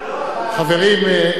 חברים,